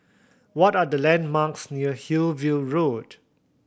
what are the landmarks near Hillview Road